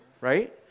right